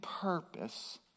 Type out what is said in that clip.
purpose